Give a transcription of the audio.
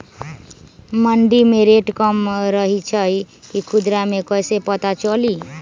मंडी मे रेट कम रही छई कि खुदरा मे कैसे पता चली?